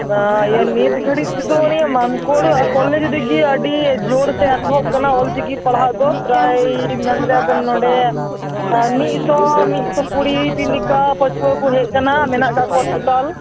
ᱚᱱᱟ ᱤᱭᱟᱹ ᱱᱤᱛ ᱜᱷᱟᱹᱲᱤᱡ ᱛᱮᱫᱚ ᱢᱟᱱᱠᱚᱲ ᱠᱚᱞᱮᱡᱽ ᱨᱮᱜᱮ ᱟᱹᱰᱤ ᱡᱳᱨᱛᱮ ᱮᱛᱚᱦᱚᱵ ᱟᱠᱟᱱᱟ ᱚᱞ ᱪᱤᱠᱤ ᱯᱟᱲᱦᱟᱣ ᱫᱚ ᱯᱨᱟᱭ ᱢᱮᱱ ᱫᱟᱲᱮᱭᱟᱜᱼᱟ ᱵᱮᱱ ᱱᱚᱰᱮ ᱢᱤᱫᱥᱚ ᱢᱤᱫᱥᱚ ᱠᱩᱲᱤᱴᱤ ᱞᱮᱠᱟ ᱯᱟᱹᱴᱷᱩᱣᱟᱹ ᱠᱚ ᱦᱮᱡ ᱟᱠᱟᱱᱟ ᱢᱮᱱᱟᱜ ᱟᱠᱟᱫᱼᱠᱚᱣᱟ ᱴᱳᱴᱟᱞ